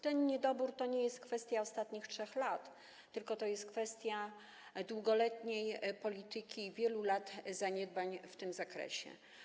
Ten niedobór to nie jest kwestia ostatnich 3 lat, tylko to jest kwestia długoletniej polityki, wielu lat zaniedbań w tym zakresie.